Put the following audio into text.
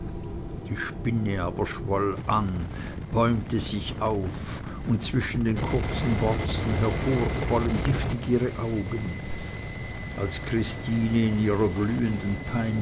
die spinne aber schwoll an bäumte sich auf und zwischen den kurzen borsten hervor quollen giftig ihre augen als christine in ihrer glühenden pein